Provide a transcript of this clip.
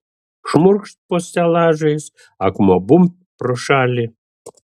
šmurkšt po stelažais akmuo bumbt pro šalį